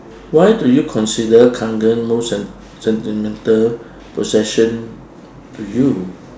why do you consider kangen most sent~ sentimental possession to you